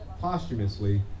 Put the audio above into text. posthumously